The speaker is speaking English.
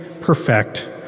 perfect